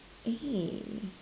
A